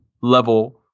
level